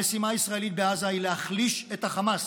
המשימה הישראלית בעזה היא להחליש את החמאס